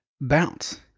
bounce